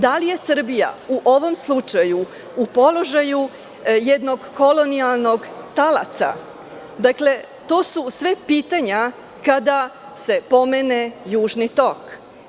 Da li je Srbija u ovom slučaju u položaju jednog kolonijalnog taoca, dakle, to su sve pitanja kada se pomene Južni tok.